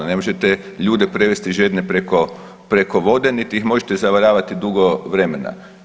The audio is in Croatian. Ne možete ljude prevesti žedne preko, preko vode niti ih možete zavaravati dugo vremena.